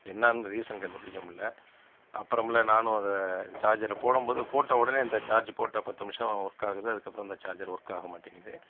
என்னென்னு ரீஸன் கண்டுபிடிக்க முடியலை அப்பறமேல நானும் அதை சார்ஜரில் போடும்போது போட்ட உடனே இந்த சார்ஜ் போட்ட பத்து நிமிஷம் ஒர்க் ஆகுது அதுக்கப்புறம் அந்த சார்ஜர் ஒர்க் ஆகமாட்டங்குது